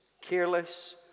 careless